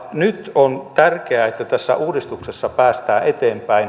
nyt on tärkeää että tässä uudistuksessa päästään eteenpäin